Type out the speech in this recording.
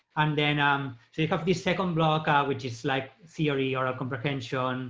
um then um, so you have this second block ah which is like theory or a comprehension